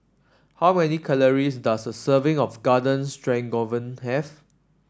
how many calories does a serving of Garden Stroganoff have